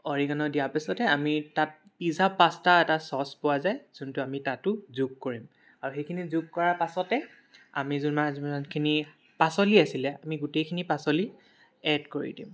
Origen' দিয়া পিছতে আমি তাত পিজ্জা পাস্তা এটা চ'চ পোৱা যায় যোনটো আমি তাতো যোগ কৰিম আৰু সেইখিনি যোগ কৰা পাছতে আমি যিমানখিনি পাচলি আছিলে আমি গোটেইখিনি পাচলি এড কৰি দিম